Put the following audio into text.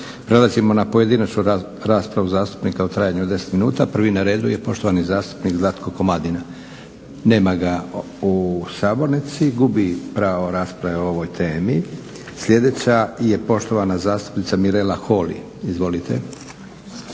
Prelazimo na pojedinačnu raspravu zastupnika u trajanju od 10 minuta. Prvi na redu je poštovani zastupnik Zlatko Komadina. Nema ga u sabornici, gubi pravo rasprave o ovoj temi. Sljedeća je poštovana zastupnica Mirela Holy. Izvolite.